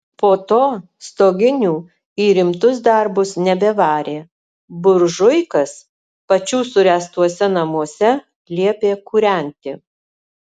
po to stoginių į rimtus darbus nebevarė buržuikas pačių suręstuose namuose liepė kūrenti